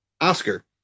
Oscar